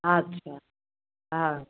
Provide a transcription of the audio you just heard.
अच्छा हँ